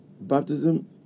baptism